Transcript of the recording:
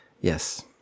Yes